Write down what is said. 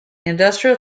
industrial